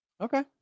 okay